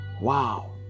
Wow